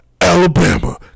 Alabama